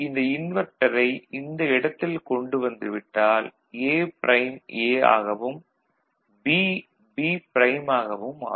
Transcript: இந்த இன்வெர்ட்டரை இந்த இடத்தில் கொண்டு வந்து விட்டால் A ப்ரைம் A ஆகவும் B B ப்ரைம் ஆகவும் மாறும்